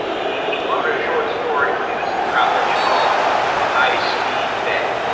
he he wrote a short story when he was in college called the high-speed bet.